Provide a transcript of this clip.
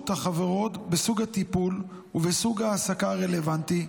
החברות בסוג הטיפול ובסוג ההעסקה הרלוונטי,